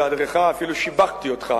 בהיעדרך אפילו שיבחתי אותך,